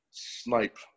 Snipe